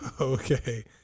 Okay